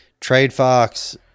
Tradefox